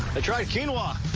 i tried quinoa.